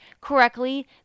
correctly